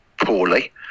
poorly